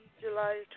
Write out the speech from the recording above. July